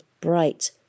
bright